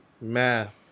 math